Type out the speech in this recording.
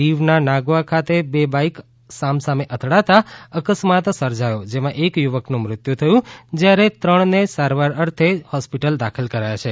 દીવના નાગવા ખાતે બે બાઈક સામસામે અથડાતાં અકસ્માત સર્જાયો જેમાં એક યુવકનું મૃત્યુ થયું જ્યારે ત્રણને સારવાર અર્થે હોસ્પીટલ દાખલ કરાયા છે